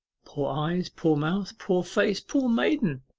poor eyes, poor mouth, poor face, poor maiden!